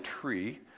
tree